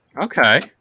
Okay